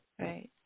Right